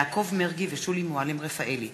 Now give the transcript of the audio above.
יעקב מרגי ושולי מועלם-רפאלי